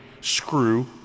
screw